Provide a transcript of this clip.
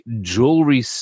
jewelry